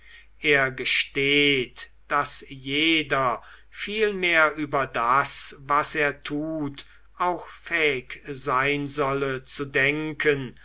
er gesteht daß jeder vielmehr über das was er tut auch fähig sein solle zu denken